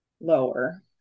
Lower